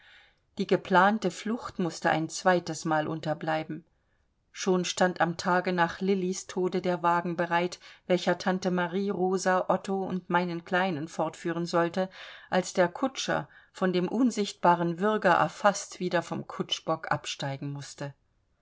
die geplante flucht mußte ein zweites mal unterbleiben schon stand am tage nach lillis tode der wagen bereit welcher tante marie rosa otto und meinen kleinen fortführen sollte als der kutscher von dem unsichtbaren würger erfaßt wieder vom kutschbock absteigen mußte